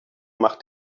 macht